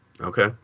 Okay